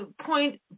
point